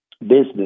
business